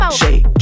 shake